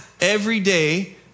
everyday